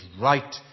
right